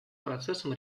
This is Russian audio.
процессом